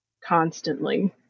constantly